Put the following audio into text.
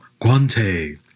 Guante